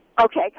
Okay